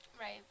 Right